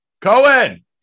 Cohen